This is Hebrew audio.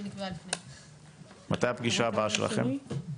מתי הפגישה הבאה שלכם?